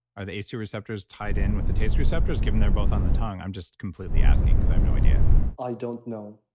are the ace ii receptors tied in with the taste receptors given they're both on the tongue? i'm just completely asking because i have no idea i don't know.